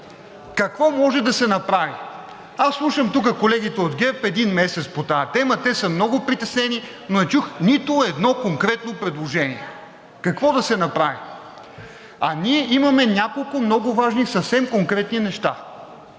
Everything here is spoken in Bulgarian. какво може да се направи? Аз слушам тук колегите от ГЕРБ един месец по тази тема, те са много притеснени, но не чух нито едно конкретно предложение – какво да се направи? А ние имаме няколко много важни съвсем конкретни неща.